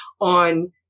on